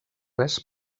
res